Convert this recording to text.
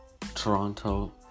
Toronto